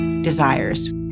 desires